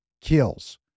kills